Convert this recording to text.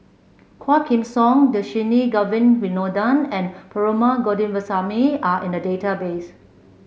Quah Kim Song Dhershini Govin Winodan and Perumal Govindaswamy Are in the database